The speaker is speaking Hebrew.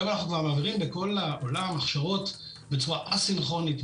היום אנחנו כבר מעבירים בכל העולם הכשרות בצורה א-סינכרונית,